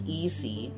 easy